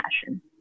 passion